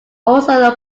also